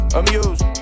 amused